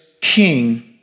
king